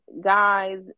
guys